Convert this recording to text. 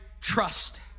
trust